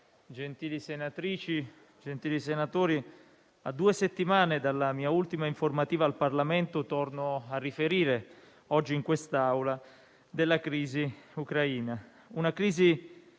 gentili senatrici, gentili senatori, a due settimane dalla mia ultima informativa al Parlamento torno a riferire oggi, in quest'Aula, della crisi ucraina: una crisi